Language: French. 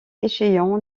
échéant